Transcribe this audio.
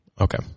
Okay